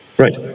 Right